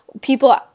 people